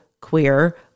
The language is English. queer